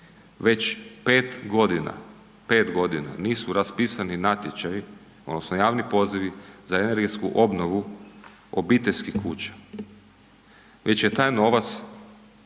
Već 5.g., 5.g. nisu raspisani natječaji odnosno javni pozivi za energetsku obnovu obiteljskih kuća, već je taj novac